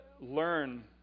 learn